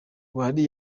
buhari